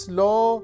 law